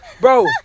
Bro